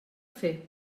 fer